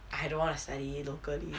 I don't wanna study locally